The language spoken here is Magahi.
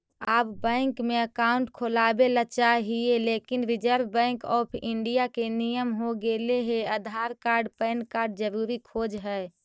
आब बैंकवा मे अकाउंट खोलावे ल चाहिए लेकिन रिजर्व बैंक ऑफ़र इंडिया के नियम हो गेले हे आधार कार्ड पैन कार्ड जरूरी खोज है?